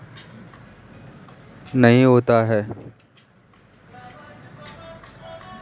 अंतर्देशीय मत्स्य पालन ताजे पानी और मीठे पानी में मछली का पालन है